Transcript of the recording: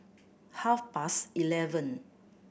half past eleven